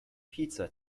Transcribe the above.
pizza